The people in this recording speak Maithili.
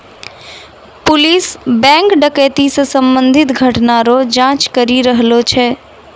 पुलिस बैंक डकैती से संबंधित घटना रो जांच करी रहलो छै